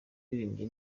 yaririmbye